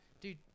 Dude